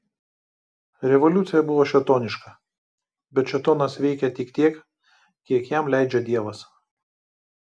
revoliucija buvo šėtoniška bet šėtonas veikia tik tiek kiek jam leidžia dievas